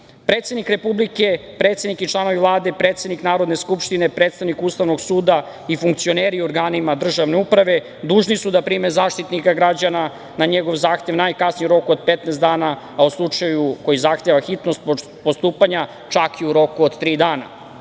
licima. Predsednik Republike, predsednik i članovi Vlade, predsednik Narodne skupštine, predsednik Ustavnog suda i funkcioneri u organima državne uprave dužni su da prime Zaštitnika građana na njegov zahtev najkasnije u roku od 15 dana, a u slučaju koji zahteva hitnost postupanja čak i u roku od tri